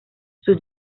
sus